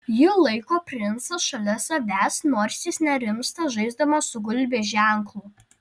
ji laiko princą šalia savęs nors jis nerimsta žaisdamas su gulbės ženklu